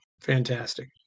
Fantastic